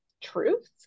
truth